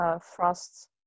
Frost